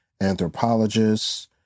anthropologists